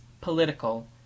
political